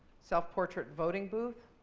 self-portrait voting booth.